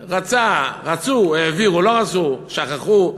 רצו, העבירו, לא רצו, שכחו.